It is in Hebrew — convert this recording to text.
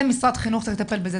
משרד החינוך צריך לטפל בזה.